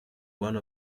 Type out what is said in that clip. one